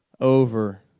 over